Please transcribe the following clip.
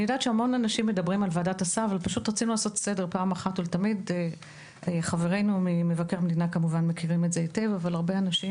אני רוצה לעשות סדר פעם אחת ולתמיד ולדבר על התהליך בכללותו.